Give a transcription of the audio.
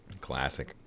Classic